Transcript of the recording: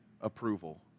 approval